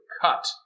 cut